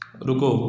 ਰੁਕੋ